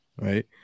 right